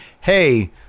hey